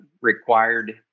required